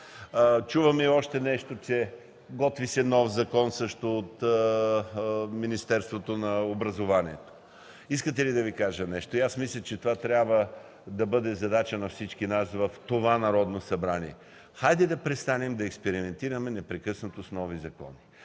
Чувам и още нещо – готви се нов закон, също от Министерството на образованието. Искате ли да Ви кажа нещо? Мисля, че това трябва да бъде задача на всички нас в това Народно събрание – да престанем да експериментираме непрекъснато с нови закони.